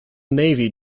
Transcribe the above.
navy